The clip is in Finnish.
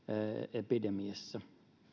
epidemiassa